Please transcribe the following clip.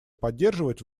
поддерживать